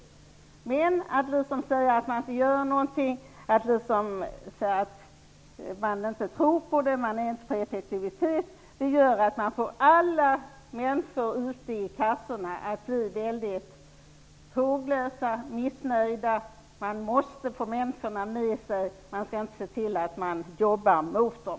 Om man säger att de inte gör någonting, att de inte är för effektivitet, gör man alla människor ute på kassorna håglösa och missnöjda. Man måste få människor med sig, inte jobba emot dem.